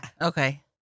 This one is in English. Okay